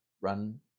run